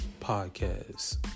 podcast